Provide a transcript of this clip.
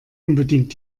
unbedingt